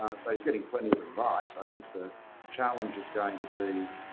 so he's getting plenty of advice. i think the challenge is going to be